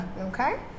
Okay